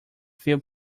few